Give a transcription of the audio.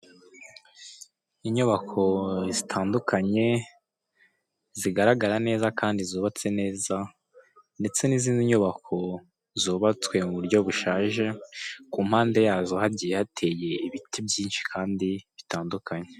inyubako zitandukanye zigaragara neza kandi zubatse neza ndetse nizindi nyubako zubatswe mu buryo bushaje kumpande yazo hagiye hateye ibiti byinshi kandi bitandukanye,